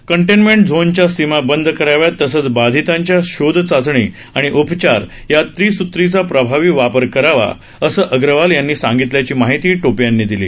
cantonment झोनच्या सीमा बंद कराव्यात तसंच बाधितांचा शोध चाचणी आणि उपचार या त्रिसुत्रीचा प्रभावी वापर करावा असं अग्रवाल यांनी सांगितल्याची माहिती टोपे यांनी दिली